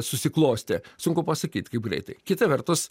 susiklostė sunku pasakyt kaip greitai kita vertus